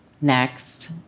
Next